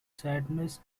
sadness